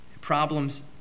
problems